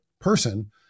person